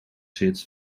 zit